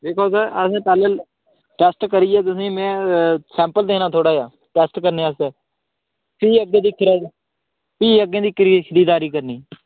दिक्खो सर असें पैह्लें कल्ल टेस्ट करियै तुसें ई में सैंपल देना थोह्ड़ा जेहा टेस्ट करने आस्तै फ्ही अग्गें दिक्खी लैओ भी अग्गें दी खरीददारी करनी